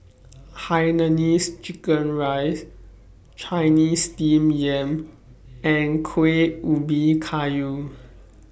Hainanese Chicken Rice Chinese Steamed Yam and Kueh Ubi Kayu